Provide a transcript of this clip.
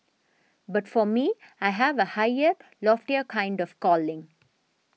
but for me I have a higher loftier kind of calling